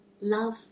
Love